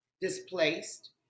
displaced